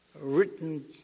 written